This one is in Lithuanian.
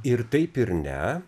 ir taip ir ne